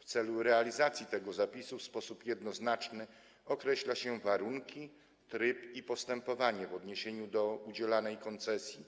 W celu realizacji tego zapisu w sposób jednoznaczny określa się warunki, tryb i postępowanie w odniesieniu do udzielanej koncesji,